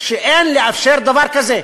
שאין לאפשר דבר כזה.